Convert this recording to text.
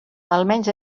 almenys